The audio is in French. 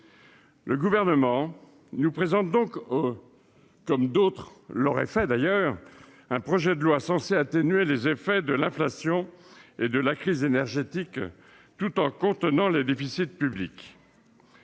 Le Gouvernement nous présente donc, comme d'autres l'auraient fait d'ailleurs, un projet de loi censé atténuer les effets de l'inflation et de la crise énergétique tout en contenant les déficits publics.